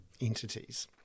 entities